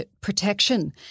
protection